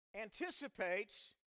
anticipates